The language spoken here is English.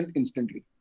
instantly